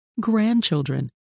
grandchildren